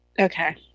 Okay